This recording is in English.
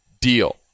deal